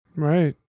Right